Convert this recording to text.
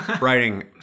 writing